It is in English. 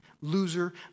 loser